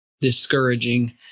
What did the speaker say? discouraging